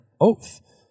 oath